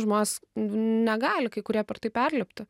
žmonės negali kai kurie per tai perlipti